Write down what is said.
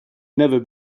never